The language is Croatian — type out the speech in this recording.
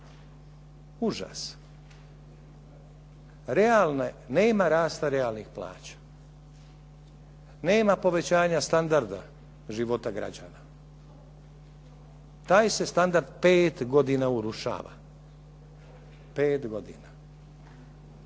užas. Nema rasta realnih plaća, nema povećanja standarda života građana. Taj se standard pet godina urušava, pet godina.